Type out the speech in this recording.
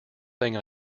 thing